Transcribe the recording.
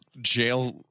jail